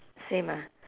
same ah